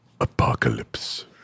apocalypse